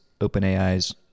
OpenAI's